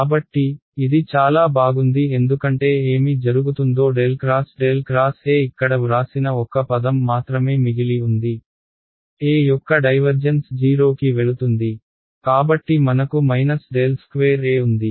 కాబట్టి ఇది చాలా బాగుంది ఎందుకంటే ఏమి జరుగుతుందో ∇x∇x E ఇక్కడ వ్రాసిన ఒక్క పదం మాత్రమే మిగిలి ఉంది E యొక్క డైవర్జెన్స్ 0 కి వెళుతుంది కాబట్టి మనకు ∇2E ఉంది